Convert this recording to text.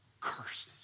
curses